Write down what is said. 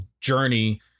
journey